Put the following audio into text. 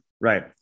Right